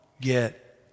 get